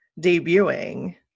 debuting